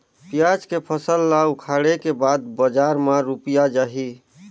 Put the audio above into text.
पियाज के फसल ला उखाड़े के बाद बजार मा रुपिया जाही?